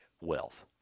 wealth